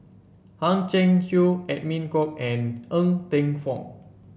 Hang Chang Chieh Edwin Koek and Ng Teng Fong